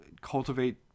cultivate